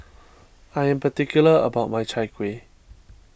I am particular about my Chai Kuih